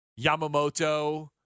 Yamamoto